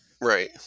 Right